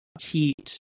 heat